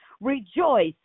Rejoice